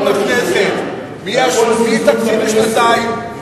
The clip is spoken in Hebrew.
הכול זלזול בכנסת: מביאים תקציב לשנתיים,